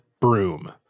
broom